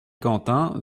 quentin